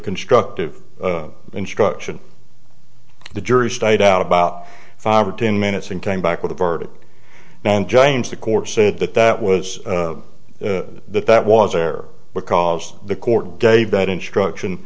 constructive instruction the jury stayed out about five or ten minutes and came back with a verdict then james the court said that that was that that was there because the court gave that instruction